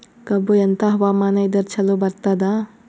ಕಬ್ಬು ಎಂಥಾ ಹವಾಮಾನ ಇದರ ಚಲೋ ಬರತ್ತಾದ?